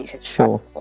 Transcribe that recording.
Sure